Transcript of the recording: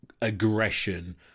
aggression